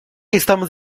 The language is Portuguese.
estamos